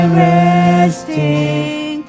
resting